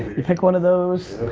you pick one of those,